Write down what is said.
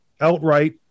outright